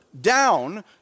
down